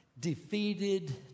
Defeated